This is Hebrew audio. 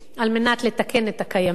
על מנת לתקן את הקיימים